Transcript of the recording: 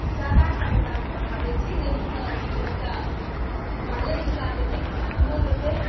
सात आठ टा बच्चाके पढ़ाबै छी जाहिमे किछु बच्चा पहिले दुसराके छै किछु अठमोके छै